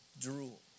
Drool